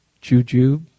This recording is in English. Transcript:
juju